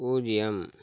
பூஜ்ஜியம்